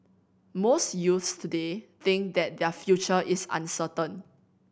most youths today think that their future is uncertain